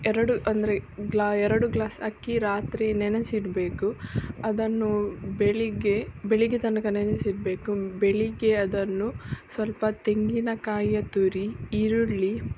ಎರಡು ಅಂದರೆ ಗ್ಲಾ ಎರಡು ಗ್ಲಾಸ್ ಅಕ್ಕಿ ರಾತ್ರಿ ನೆನೆಸಿಡಬೇಕು ಅದನ್ನು ಬೆಳಗ್ಗೆ ಬೆಳಗ್ಗೆ ತನಕ ನೆನೆಸಿಡಬೇಕು ಬೆಳಗ್ಗೆ ಅದನ್ನು ಸ್ವಲ್ಪ ತೆಂಗಿನ ಕಾಯಿಯ ತುರಿ ಈರುಳ್ಳಿ